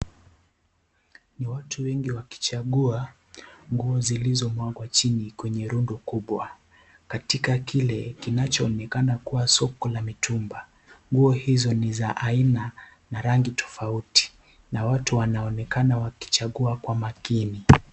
Ni watu wengi wakichagua nguo zilizo mwagwa chini kwenye rundo kubwa, katika kile kinachoonekana kuwa soko la mitumba, nguo hizo ni za aina tofauti na watu wanaonekana wakichagua kwa makini .